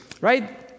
right